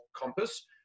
compass